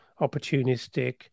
opportunistic